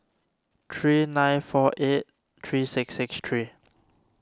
three nine four eight three six six three